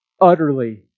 utterly